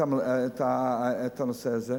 את הנושא הזה,